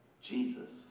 Jesus